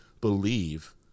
believe